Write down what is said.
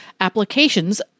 applications